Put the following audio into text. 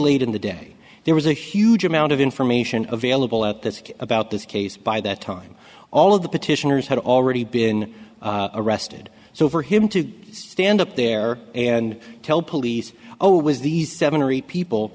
late in the day there was a huge amount of information available at that about this case by that time all of the petitioners had already been arrested so for him to stand up there and tell police oh it was these seven or eight people